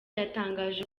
yatangaje